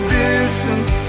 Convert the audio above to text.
distance